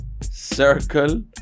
circle